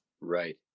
Right